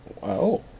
Wow